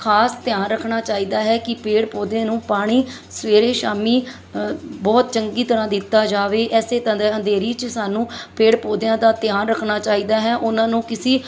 ਖਾਸ ਧਿਆਨ ਰੱਖਣਾ ਚਾਹੀਦਾ ਹੈ ਕਿ ਪੇੜ ਪੌਦੇ ਨੂੰ ਪਾਣੀ ਸਵੇਰੇ ਸ਼ਾਮੀ ਬਹੁਤ ਚੰਗੀ ਤਰ੍ਹਾ ਦਿੱਤਾ ਜਾਵੇ ਇਸੇ ਤਰ੍ਹਾਂ ਦਾ ਅੰਧੇਰੀ 'ਚ ਸਾਨੂੰ ਪੇੜ ਪੌਦਿਆਂ ਦਾ ਧਿਆਨ ਰੱਖਣਾ ਚਾਹੀਦਾ ਹੈ ਉਹਨਾਂ ਨੂੰ ਕਿਸੇ